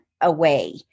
away